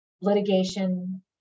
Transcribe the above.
litigation